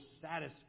satisfied